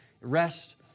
rest